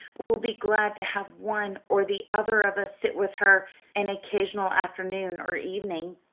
will be glad to have one or the other of us sit with her an occasional afternoon or evening.